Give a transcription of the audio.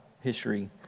history